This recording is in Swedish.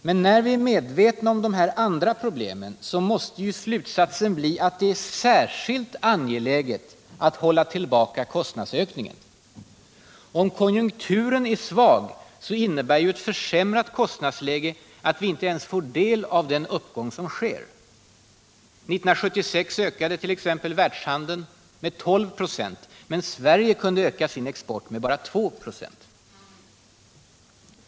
Men när vi är medvetna om de här andra problemen, så måste ju slutsatsen bli att det är särskilt angeläget att hålla tillbaka kostnadsökningen. Om konjunkturen är svag, så innebär ju ett försämrat kostnadsläge att vi inte ens får del av den uppgång som sker. 1976 ökade t.ex. världshandeln med 12 96, men Sverige kunde öka sin export med bara 2 6.